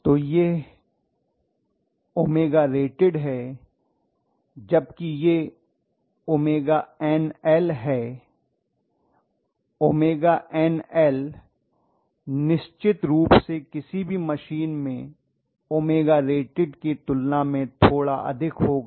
तो यह 𝜔rated है जबकि यह 𝜔NL है 𝜔NL निश्चित रूप से किसी भी मशीन में 𝜔rated की तुलना में थोड़ा अधिक होगा